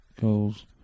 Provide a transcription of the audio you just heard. Goals